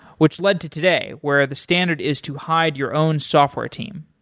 which led to today, where the standard is to hide your own software team.